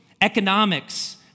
economics